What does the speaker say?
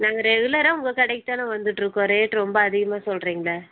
நாங்கள் ரெகுலராக உங்கள் கடைக்கு தானே வந்துட்டுருக்கோம் ரேட் ரொம்ப அதிகமாக சொல்றீங்களே